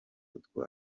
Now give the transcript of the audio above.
utwo